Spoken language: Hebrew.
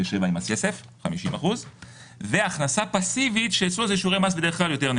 המשמעות המידית של יגיעה אישית בהשלכת המס היא מדרגות המס.